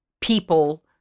people